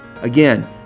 Again